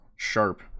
Sharp